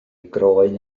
groen